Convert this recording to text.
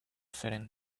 sitting